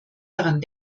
daran